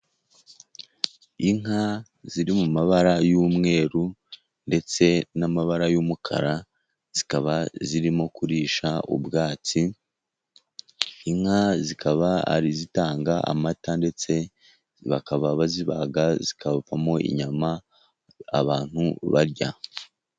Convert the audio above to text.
Inka ziri mu mabara y'umweru ndetse n'amabara y'umukara ,zikaba zirimo kurisha ubwatsi, inka zikaba zitanga amata, ndetse bakaba bazibaga zikavamo inyama abantu barya.